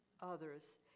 others